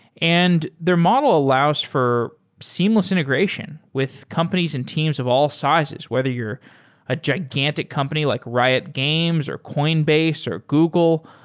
and their model allows for seamless integration with companies and teams of all sizes. whether you're a gigantic company like riot games, or coinbase, or google,